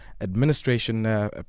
administration